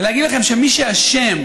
ולהגיד לכם שמי שאשם